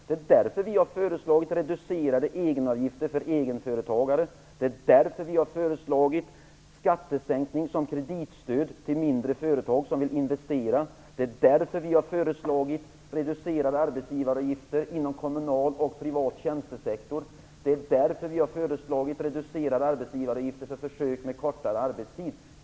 Det är därför vi har föreslagit reducerade egenavgifter för egenföretagare, skattesänkning som kreditstöd till mindre företag som vill investera, reducerade arbetsgivaravgifter inom kommunal och privat tjänstesektor och reducerade arbetsgivaravgifter för försök med kortare arbetstid.